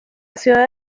ciudad